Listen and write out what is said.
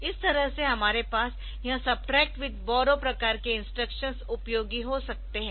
इस तरह से हमारे पास यह सब्ट्रैक्ट विथ बॉरो प्रकार के इंस्ट्रक्शंस उपयोगी हो सकते है